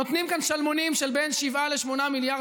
נותנים כאן שלמונים של בין 7 ל-8 מיליארד